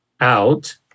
Out